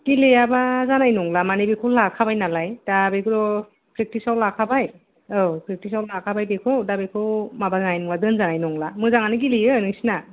गेलेयाबा जानाय नंला मानि बेखौ लाखाबाय नालाय दा बेखौथ' प्रेगथिसाव लाखाबाय औ प्रेगथिसाव लाखाबाय बेखौ दा बेखौ माबा जानाय नंला ना दोनजानाय नंला मोजाङानो गेलेयो नोंसिना